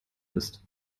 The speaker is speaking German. ist